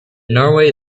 norway